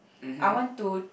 I want to